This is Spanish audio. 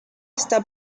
esta